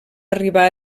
arribar